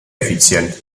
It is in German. effizient